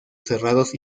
cerrados